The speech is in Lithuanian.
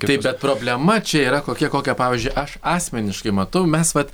taip bet problema čia yra kokia kokią pavyzdžiui aš asmeniškai matau mes vat